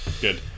Good